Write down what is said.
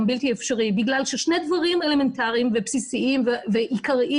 בלתי אפשרי בגלל ששני דברים אלמנטריים ובסיסיים ועיקריים